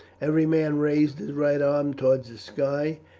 every man raised his right arm towards the sky,